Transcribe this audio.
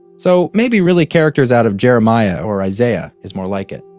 so maybe, really, characters out of jeremiah or isaiah is more like it.